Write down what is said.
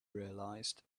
realized